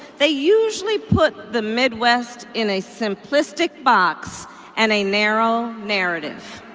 they usually put the midwest in a simplistic box and a narrow narrative.